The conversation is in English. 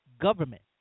government